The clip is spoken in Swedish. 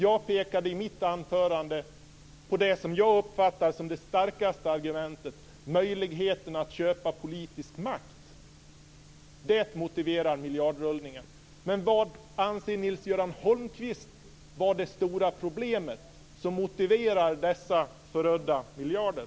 Jag pekade i mitt anförande på det som jag uppfattar som det starkaste argumentet, nämligen möjligheten att köpa politisk makt. Det motiverar miljardrullningen. Vad anser Nils-Göran Holmqvist vara det stora problem som motiverar dessa förödda miljarder?